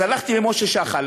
אז הלכתי למשה שחל